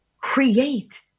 create